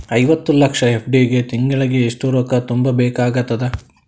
ಐವತ್ತು ಲಕ್ಷ ಎಫ್.ಡಿ ಗೆ ತಿಂಗಳಿಗೆ ಎಷ್ಟು ರೊಕ್ಕ ತುಂಬಾ ಬೇಕಾಗತದ?